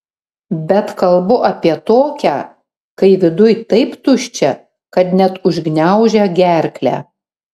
bet kalbu apie tokią kai viduj taip tuščia kad net užgniaužia gerklę